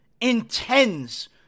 intends